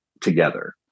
together